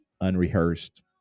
unrehearsed